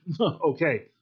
Okay